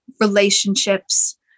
relationships